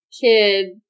kid